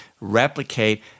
replicate